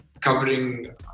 covering